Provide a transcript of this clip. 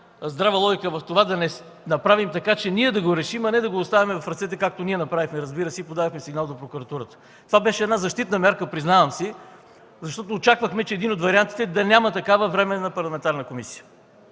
здрава логика в това да не направим така, че ние да го решим, а не да го оставим в ръцете, както ние направихме, разбира се, и подадохме сигнал до прокуратурата. Това беше защитна мярка, признавам си, защото очаквахме, че един от вариантите ще е да няма такава Временна парламентарна комисия.